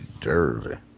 Jersey